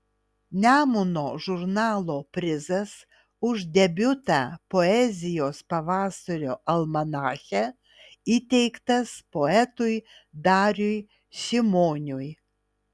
nemuno žurnalo prizas už debiutą poezijos pavasario almanache įteiktas poetui dariui šimoniui